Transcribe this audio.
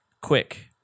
quick